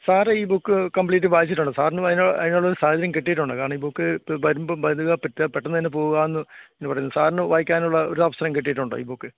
sir ഈ book complete വായിച്ചിട്ടുണ്ടോ സാറിന് അതിന് അതിനുള്ളൊരു സാഹചര്യം കിട്ടിയിട്ടുണ്ടോ കാരണം ഈ ബുക്ക് വരുമ്പോള് വരിക പെട്ടെന്ന് പെട്ടെന്നു തന്നെ പോകുകയെന്നു പറയുന്നു സാറിന് വായിക്കാനുള്ള ഒരവസരം കിട്ടിയിട്ടുണ്ടോ ഈ ബുക്ക്